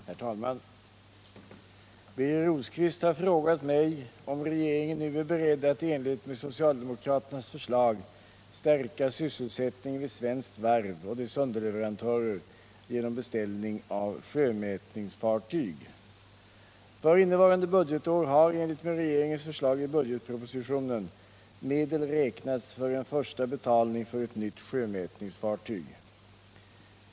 Herr talman! Birger Rosqvist har frågat mig om regeringen nu är beredd att i enlighet med socialdemokraternas förslag stärka sysselsättningen vid något svenskt varv och dess underleverantörer genom beställning av sjömätningsfartyg. För innevarande budgetår har i enlighet med regeringens förslag i budgetpropositionen medel beräknats för en första betalning för ett nytt sjömätningsfartyg.